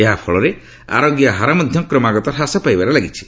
ଏହା ଫଳରେ ଆରୋଗ୍ୟ ହାର ମଧ୍ୟ କ୍ରମାଗତ ହ୍ରାସ ପାଇବାରେ ଲାଗିଛି